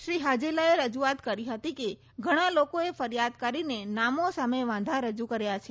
શ્રી હાજેલાએ રજૂઆત કરી હતી કે ઘણા લોકોએ ફરિયાદ કરીને નામો સામે વાંધા રજૂ કર્યા છે